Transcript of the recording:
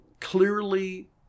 Clearly